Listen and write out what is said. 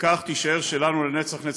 וכך תישאר שלנו לנצח-נצחים.